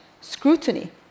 scrutiny